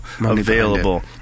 available